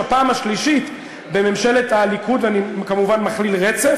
בפעם השנייה היה יושב-ראש אחר לוועדת הכלכלה.